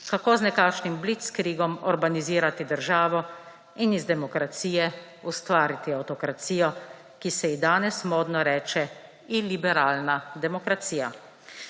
kako z nekakšnim blitzkriegom orbanizirati državo in iz demokracije ustvariti avtokracijo, ki se ji danes modno reče iliberalna demokracija.